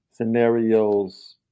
Scenarios